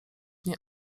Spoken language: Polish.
nie